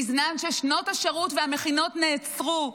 בזמן ששנות השירות והמכינות נעצרו.